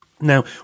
Now